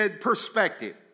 perspective